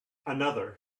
another